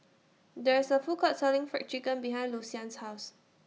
There IS A Food Court Selling Fried Chicken behind Lucien's House